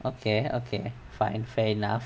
okay okay fine fair enough